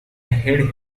head